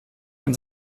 wenn